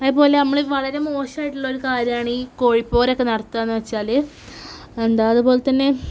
അതേപോലെ നമ്മള് വളരെ മോശമായിട്ട് ഉള്ളൊരു കാര്യമാണ് ഈ കോഴിപ്പോരൊക്കെ നടത്തുകയെന്നു വച്ചാല് എന്താ അതുപോലെതന്നെ